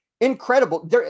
incredible